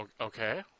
Okay